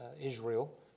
Israel